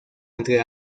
entre